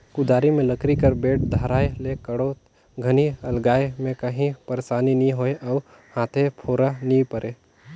कुदारी मे लकरी कर बेठ धराए ले कोड़त घनी अलगाए मे काही पइरसानी नी होए अउ हाथे फोरा नी परे